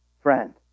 friend